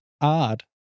Odd